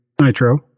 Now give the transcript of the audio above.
nitro